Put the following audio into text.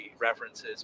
references